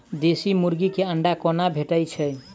देसी मुर्गी केँ अंडा कोना भेटय छै?